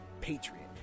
Patriot